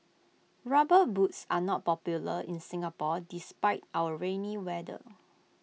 rubber boots are not popular in Singapore despite our rainy weather